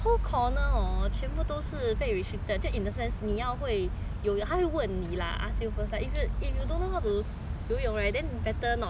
被 restricted 就 in a sense 你要会他会问你 lah ask you first lah if you if you don't know how to 游泳 right then you better not lah better 不要靠近那里了